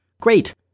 Great